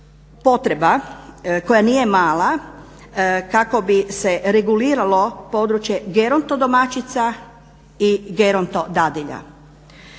potreba koja nije mala kako bi se reguliralo područje gerontodomaćica i gerontodadilja.